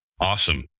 Awesome